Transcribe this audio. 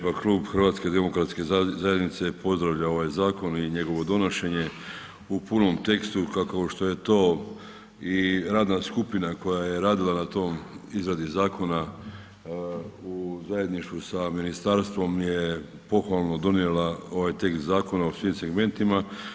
Pa Klub HDZ-a pozdravlja ovaj zakon i njegovo donošenje u punom tekstu kao što je to i radna skupina koja je radila na toj izradi zakona u zajedništvu sa ministarstvom je, pohvalno, donijela ovaj tekst zakona u svim segmentima.